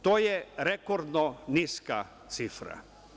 To je rekordno niska cifra.